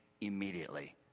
immediately